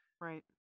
Right